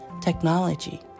technology